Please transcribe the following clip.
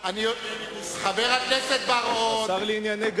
חבר הכנסת בר-און, השר לענייני נימוסים.